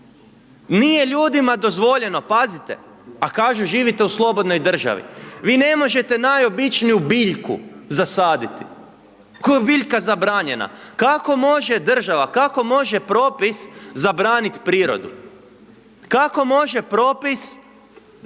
Nije ljudima dozvoljeno, pazite, a kažu živite u slobodnoj državi, vi ne možete najobičniju biljku zasaditi, koja je biljka zabranjena, kako može država, kako može propis zabraniti prirodu? Kako može propisi zabraniti